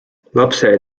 lapse